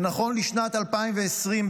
שנכון לשנת 2020,